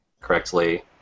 correctly